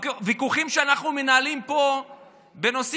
הוויכוחים שאנחנו מנהלים פה בנושאים